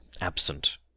absent